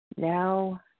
Now